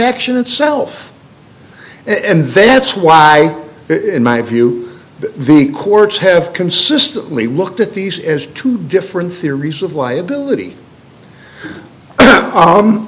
action itself and that's why in my view the courts have consistently looked at these as two different theories of liability